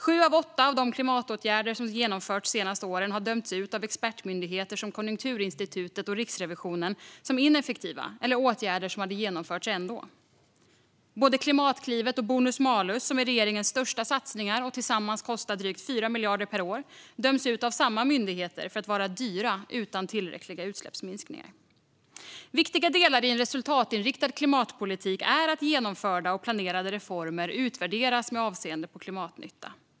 Sju av åtta av de klimatåtgärder som genomförts de senaste åren har dömts ut av expertmyndigheter som Konjunkturinstitutet och Riksrevisionen som ineffektiva eller som åtgärder som hade genomförts ändå. Både Klimatklivet och bonus-malus, som är regeringens största satsningar och tillsammans kostar drygt 4 miljarder per år, döms ut av samma myndigheter för att vara dyra utan tillräckliga utsläppsminskningar. Viktiga delar i en resultatinriktad klimatpolitik är att genomförda och planerade reformer utvärderas med avseende på klimatnytta.